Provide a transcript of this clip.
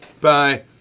Bye